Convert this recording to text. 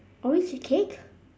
orange cake